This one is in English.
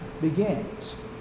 begins